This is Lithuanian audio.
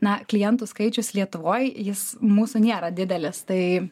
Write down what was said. na klientų skaičius lietuvoj jis mūsų nėra didelis tai